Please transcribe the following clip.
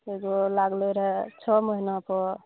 एगो लागलै रहए छओ महिना पर